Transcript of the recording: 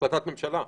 החלטת ממשלה?